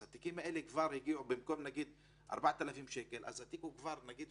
אז התיקים האלה במקום 4,000 שקל הם כבר